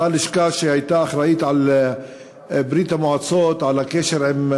אותה לשכה שהייתה אחראית לברית-המועצות, על הקשר.